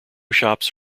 shops